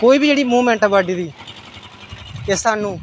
कोई बी जेह्ड़ी मूवमेंट ऐ बाडी दी एह् सानूं